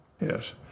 Yes